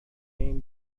این